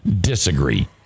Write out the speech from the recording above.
Disagree